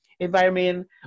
environment